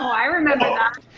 i remember that.